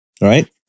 right